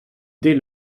dès